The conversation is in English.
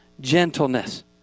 gentleness